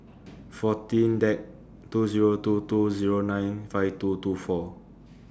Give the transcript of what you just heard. fourteen Dec two Zero two two Zero nine five two two four